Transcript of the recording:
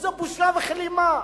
איזו בושה וכלימה.